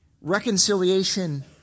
reconciliation